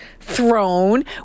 throne